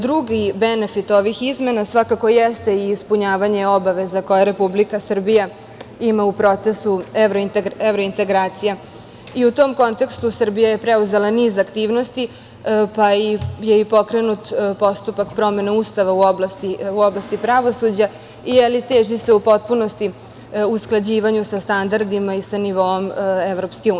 Drugi benefit ovih izmena svakako jeste ispunjavanje obaveza koje Republika Srbija ima u procesu evrointegracija i u tom kontekstu Srbija je preuzela niz aktivnosti, pa je i pokrenut postupak promene Ustava u oblasti pravosuđa i teži se u potpunosti usklađivanju sa standardima i sa nivoom EU.